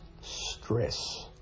stress